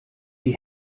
die